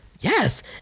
Yes